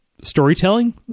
storytelling